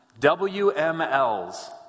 WMLs